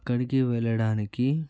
అక్కడికి వెళ్ళడానికి